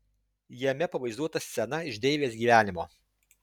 jame pavaizduota scena iš deivės gyvenimo